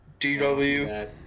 DW